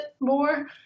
more